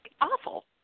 awful